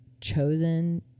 chosen